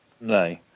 No